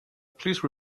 please